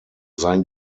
sein